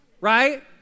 right